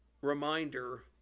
reminder